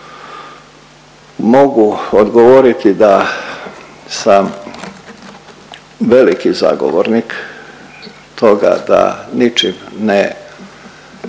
mogu odgovoriti da sam veliki zagovornik toga da ničim ne